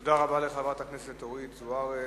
תודה רבה לחברת הכנסת אורית זוארץ.